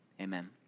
Amen